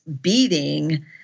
beating